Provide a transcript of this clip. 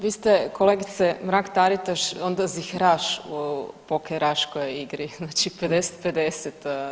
Vi ste kolegice Mrak-Taritaš onda ziheraš u pokeraškoj igri, znači 50:50.